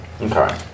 Okay